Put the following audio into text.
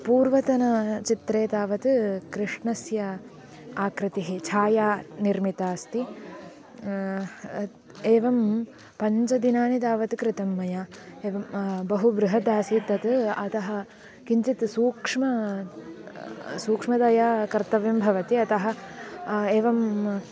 पूर्वतन चित्रे तावत् कृष्णस्य आकृतिः छाया निर्मिता अस्ति एवं पञ्चदिनानि तावत् कृतं मया एवं बहु बृहदासीत् तत् अतः किञ्चित् सूक्ष्मं सूक्ष्मतया कर्तव्यं भवति अतः एवम्